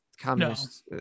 communist